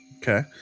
Okay